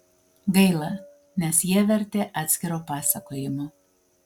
gaila nes jie verti atskiro pasakojimo